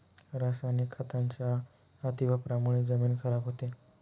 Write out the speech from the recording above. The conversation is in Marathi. रासायनिक खतांच्या अतिवापरामुळे जमीन खराब होते